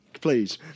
please